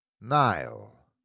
Nile